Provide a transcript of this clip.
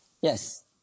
Yes